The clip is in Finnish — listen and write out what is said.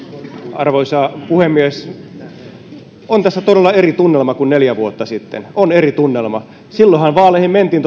arvoisa puhemies on tässä todella eri tunnelma kuin neljä vuotta sitten on eri tunnelma silloinhan vaaleihin mentiin